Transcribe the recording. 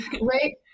Right